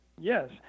Yes